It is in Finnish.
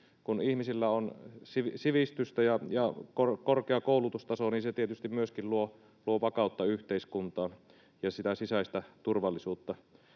kun ihmisillä on sivistystä ja korkea koulutustaso, niin se tietysti myöskin luo vakautta yhteiskuntaan ja sitä sisäistä turvallisuutta.